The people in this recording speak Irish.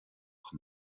chun